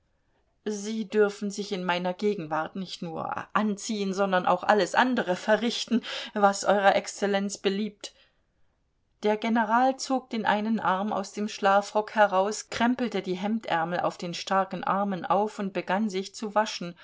sie dürfen sich in meiner gegenwart nicht nur anziehen sondern auch alles andere verrichten was euer exzellenz beliebt der general zog den einen arm aus dem schlafrock heraus krempelte die hemdärmel auf den starken armen auf und begann sich zu waschen